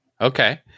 Okay